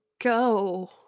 go